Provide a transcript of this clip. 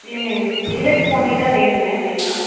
இல்லைங்க எங்களுக்கு டீலக்ஸ் பொன்னி தான் வேணுங்க மெயினா